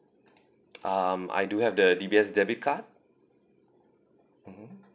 um I do have the D_B_S debit card mmhmm